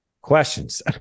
questions